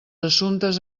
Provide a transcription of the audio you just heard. assumptes